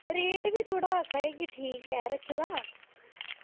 rate बी आक्खा दे थोह्ड़ा ठीक ऐ रक्खे दा